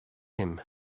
him